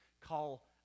call